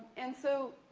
and, so,